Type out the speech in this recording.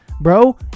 Bro